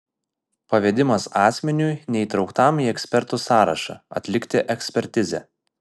pavedimas asmeniui neįtrauktam į ekspertų sąrašą atlikti ekspertizę